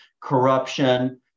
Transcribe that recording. Corruption